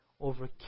over